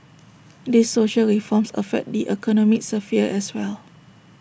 these social reforms affect the economic sphere as well